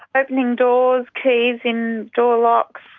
opening doors, keys in door locks,